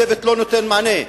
הצוות לא נותן מענה,